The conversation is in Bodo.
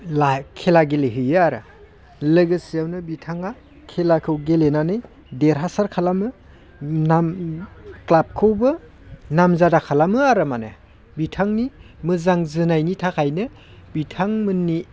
खेला गेलेहैयो आरो लोगोसेआवनो बिथाङा खेलाखौ गेलेनानै देरहासार खालामो नाम क्लाबखौबो नाम जादा खालामो आरो माने बिथांनि मोजां जोनायनि थाखायनो बिथां मोननि